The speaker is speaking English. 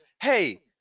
Hey